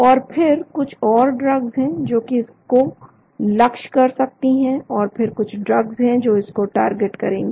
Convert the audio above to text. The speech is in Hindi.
और फिर कुछ और ड्रग्स है जो कि इसको लक्ष्य कर सकती हैं और फिर कुछ ड्रग्स है जो इसको टारगेट करेंगी